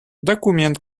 документ